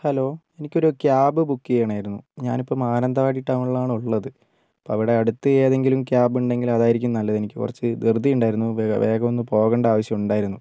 hello എനിക്കൊരു cab book ചെയ്യണമായിരുന്നു ഞാനിപ്പോൾ മാനന്തവാടി ടൗണിലാണ് ഉള്ളത് അപ്പോൾ അവിടെ അടുത്ത് ഏതെങ്കിലും ക്യാബ് ഉണ്ടെങ്കിൽ അതായിരിക്കും നല്ലത് എനിക്ക് കുറച്ച് ദൃതി ഉണ്ടായിരുന്നു വേഗം ഒന്ന് പോകേണ്ട ആവശ്യം ഉണ്ടായിരുന്നു